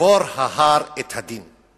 יקבור ההר את הדין.